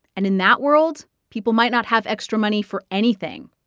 and in that world, people might not have extra money for anything,